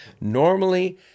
Normally